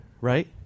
right